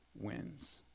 wins